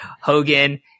Hogan